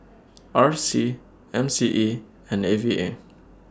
R C M C E and A V A